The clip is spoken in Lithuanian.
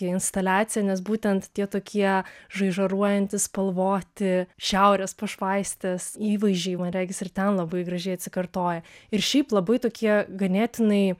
instaliacija nes būtent tie tokie žaižaruojantys spalvoti šiaurės pašvaistės įvaizdžiai man regis ir ten labai gražiai atsikartoja ir šiaip labai tokie ganėtinai